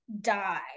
die